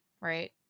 right